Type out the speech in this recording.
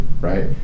right